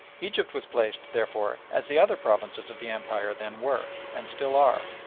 egypt was placed, therefore, as the other provinces of the empire then were, and still are,